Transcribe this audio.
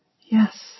yes